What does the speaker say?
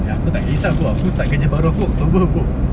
ya aku tak kisah pun aku start kerja baru oktober pun